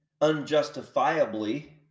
unjustifiably